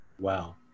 Wow